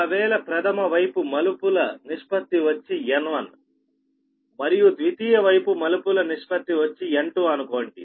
ఒకవేళ ప్రథమ వైపు టర్న్స్ నిష్పత్తి వచ్చి N1 మరియు ద్వితీయ వైపు టర్న్స్ నిష్పత్తి వచ్చి N2 అనుకోండి